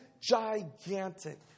gigantic